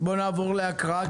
בואו נעבור להקראה.